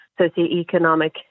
socioeconomic